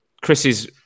Chris's